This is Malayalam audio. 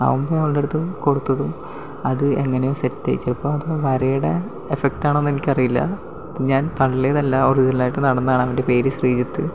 അവൻ അവളുടെ അടുത്ത് കൊടുത്തതും അത് എങ്ങനെയോ സെറ്റായി ചിലപ്പോൾ ആ വരയുടെ എഫ്ഫക്റ്റ് ആണോ എന്ന് എനിക്ക് അറിയില്ല ഞാൻ തള്ളിയതല്ല ഒറിജിനലായിട്ട് നടന്നതാണ് അവൻ്റെ പേര് ശ്രീജിത്